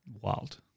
Wild